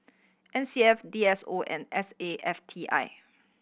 N C F D S O and S A F T I